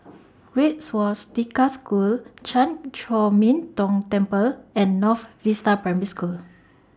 Red Swastika School Chan Chor Min Tong Temple and North Vista Primary School